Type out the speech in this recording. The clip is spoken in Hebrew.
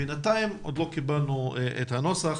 בינתיים עוד לא קיבלנו את הנוסח,